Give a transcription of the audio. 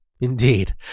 Indeed